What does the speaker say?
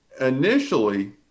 Initially